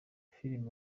film